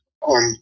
on